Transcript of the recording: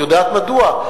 את יודעת מדוע?